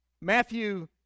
Matthew